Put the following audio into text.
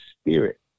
spirit